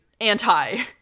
anti